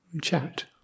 chat